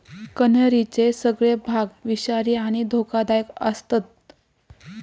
कण्हेरीचे सगळे भाग विषारी आणि धोकादायक आसतत